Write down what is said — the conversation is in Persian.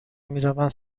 میروند